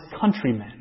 countrymen